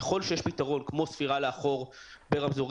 ככל שיש פתרון כמו ספירה לאחור ברמזורים